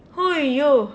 !aiyo!